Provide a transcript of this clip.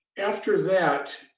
after that,